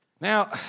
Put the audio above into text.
Now